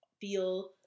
feel